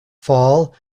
fall